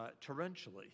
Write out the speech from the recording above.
torrentially